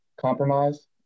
compromise